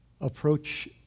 approach